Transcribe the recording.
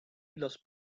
los